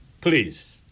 Please